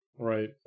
Right